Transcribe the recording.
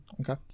Okay